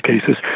cases